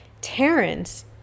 Terrence